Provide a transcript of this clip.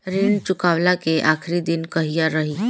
ऋण चुकव्ला के आखिरी दिन कहिया रही?